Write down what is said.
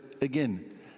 again